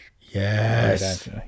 yes